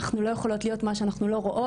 אנחנו לא יכולות להיות מה שאנחנו לא רואות.